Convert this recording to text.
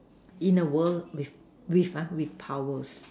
in a world with with ah with powers